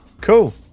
cool